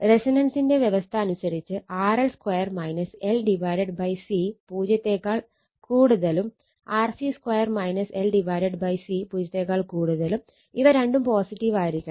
റെസൊണന്സിന്റെ വ്യവസ്ഥ അനുസരിച്ച് RL 2 L C 0 യും RC 2 L C 0 ഇവ രണ്ടും പോസിറ്റീവായിരിക്കണം